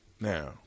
Now